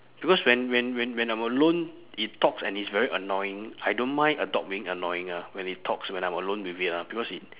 because when when when when I'm alone it talks and it's very annoying I don't mind a dog being annoying ah when it talks when I'm alone with it ah because it